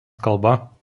kalba